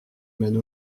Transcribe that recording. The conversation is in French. mène